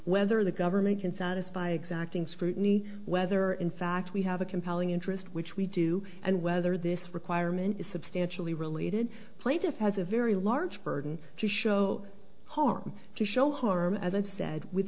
whether the government can satisfy exacting scrutiny whether in fact we have a compelling interest which we do and whether this requirement is substantially related played if as a very large burden to show harm to show harm as i said with